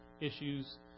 issues